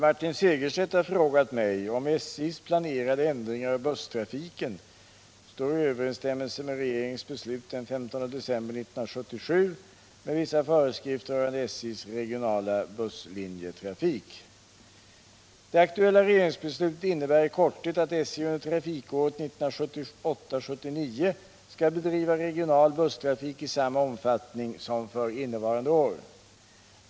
Det aktuella regeringsbeslutet innebär i korthet att SJ under trafikåret 1978/79 skall bedriva regional busstrafik i samma omfattning som innevarande år.